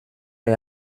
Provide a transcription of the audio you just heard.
est